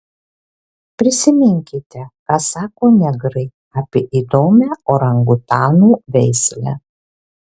prisiminkite ką sako negrai apie įdomią orangutanų veislę